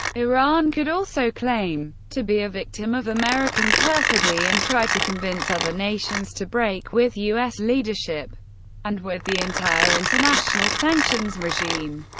iran could also claim to be a victim of american perfidy and try to convince other nations to break with u s. leadership and with the entire international sanctions regime.